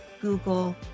Google